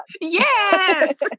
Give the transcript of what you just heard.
Yes